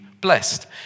blessed